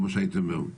הייתי אומר.